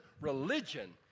religion